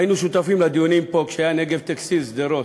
היינו שותפים לדיונים פה על "נגב טקסטיל" בשדרות.